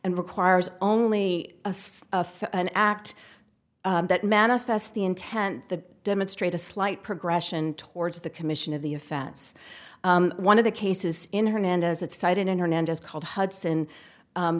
and requires only an act that manifests the intent to demonstrate a slight progression towards the commission of the offense one of the cases in hernandez it's cited in hernandez called hudson